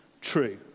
true